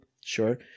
sure